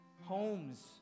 homes